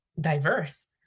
diverse